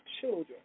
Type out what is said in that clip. children